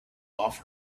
off